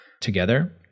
together